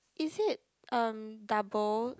is it um double